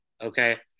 okay